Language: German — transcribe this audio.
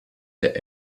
der